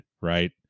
right